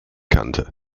kannte